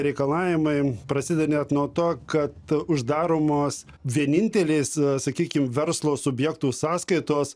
reikalavimai prasideda net nuo to kad uždaromos vienintelės sakykim verslo subjektų sąskaitos